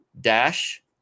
dash